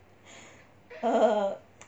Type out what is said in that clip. er